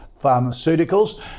Pharmaceuticals